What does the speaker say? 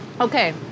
Okay